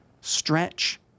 stretch